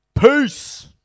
Peace